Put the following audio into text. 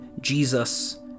Jesus